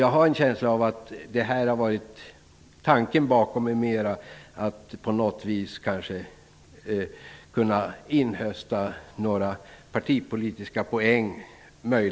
Jag har en känsla av att tanken bakom förslagen kanske mera är att man skall inhösta några partipolitiska poäng.